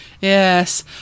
Yes